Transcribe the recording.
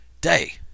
day